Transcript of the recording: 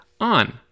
on